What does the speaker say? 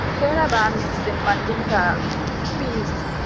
kind of um means in mandinka peace,